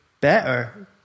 better